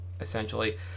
essentially